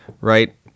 right